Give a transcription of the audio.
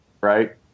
right